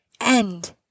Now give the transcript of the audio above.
end